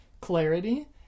clarity